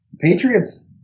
Patriots